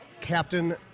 Captain